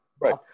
Right